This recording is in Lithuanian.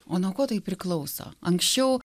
o nuo ko tai priklauso anksčiau